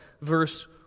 verse